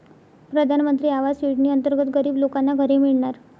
प्रधानमंत्री आवास योजनेअंतर्गत गरीब लोकांना घरे मिळणार